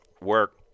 work